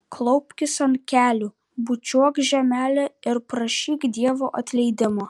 klaupkis ant kelių bučiuok žemelę ir prašyk dievo atleidimo